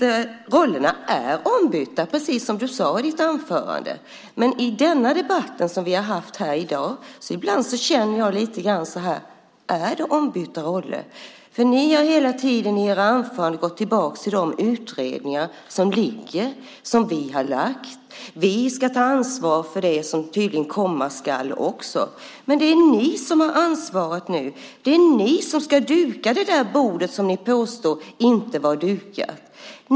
Rollerna är ombytta, precis som du sade i ditt anförande. I den debatt som vi har haft i dag känner jag ibland: Är det ombytta roller? Ni har hela tiden i era anföranden gått tillbaka till de utredningar som vi har gjort. Vi ska tydligen ta ansvar för det som komma skall. Men det är ju ni som har ansvaret nu. Det är ni som ska duka det där bordet som ni påstår inte var dukat.